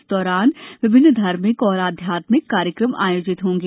इस दौरान विभिन्न धार्मिक एवं आध्यात्मिक कार्यक्रम आयोजित होंगे